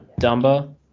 Dumba